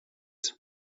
hus